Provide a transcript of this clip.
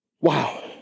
Wow